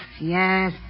Yes